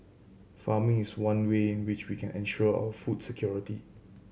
farming is one way in which we can ensure our food security